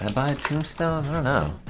and buy tombstones and